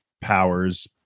powers